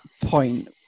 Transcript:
point